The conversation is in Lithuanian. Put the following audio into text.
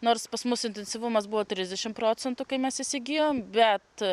nors pas mus intensyvumas buvo trisdešim procentų kai mes įsigijom bet